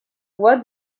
voie